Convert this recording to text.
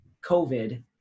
COVID